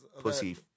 Pussy